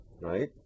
right